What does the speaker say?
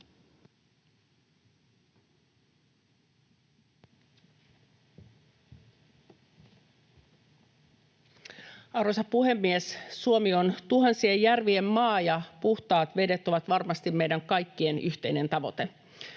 Arvoisa puhemies! Suomi on tuhansien järvien maa, ja puhtaat vedet ovat varmasti meidän kaikkien yhteinen tavoite.